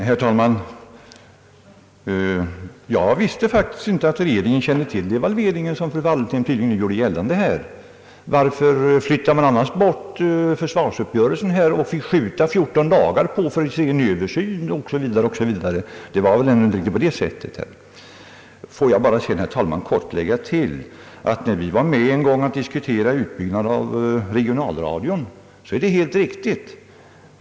Herr talman! Jag visste faktiskt inte att regeringen kände till devalveringen, som fru Wallentheim tydligen nu gjorde gällande. Varför flyttade man då fram försvarsuppgörelsen 14 dagar för översyn osv.? Det var väl ändå inte riktigt på det sättet? Får jag sedan, herr talman, bara lägga till det att det är riktigt att vi var med och diskuterade utbyggnaden av regionalradion.